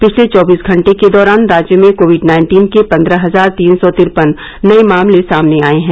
पिछले चौबीस घंटे के दौरान राज्य में कोविड नाइन्टीन के पन्द्रह हजार तीन सौ तिरपन नए मामले सामने आए हैं